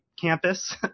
campus